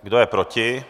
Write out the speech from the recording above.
Kdo je proti?